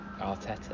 Arteta